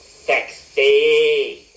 Sexy